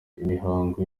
imihango